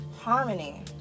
Harmony